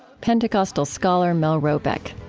pentecostal scholar mel robeck